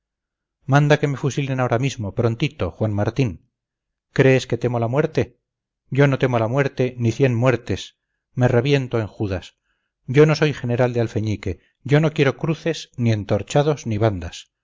manda que me fusilen ahora mismo prontito juan martín crees que temo la muerte yo no temo la muerte ni cien muertes me reviento en judas yo no soy general de alfeñique yo no quiero cruces ni entorchados ni bandas